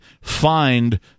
find